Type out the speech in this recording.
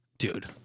Dude